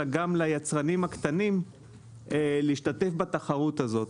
אלא גם ליצרנים הקטנים להשתתף בתחרות הזו.